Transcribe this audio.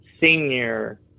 senior